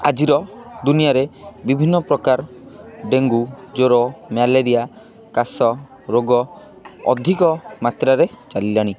ଆଜିର ଦୁନିଆରେ ବିଭିନ୍ନ ପ୍ରକାର ଡେଙ୍ଗୁ ଜ୍ୱର ମ୍ୟାଲେରିଆ କାଶ ରୋଗ ଅଧିକ ମାତ୍ରାରେ ଚାଲିଲାଣି